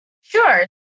Sure